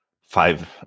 five